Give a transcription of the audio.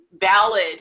valid